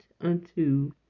unto